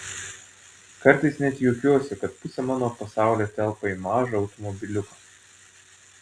kartais net juokiuosi kad pusė mano pasaulio telpa į mažą automobiliuką